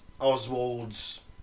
Oswald's